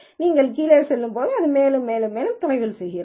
நீங்கள் கீழே செல்லும்போது அது மேலும் மேலும் தொலைவில் செல்கிறது